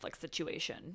situation